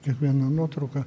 kiekviena nuotrauka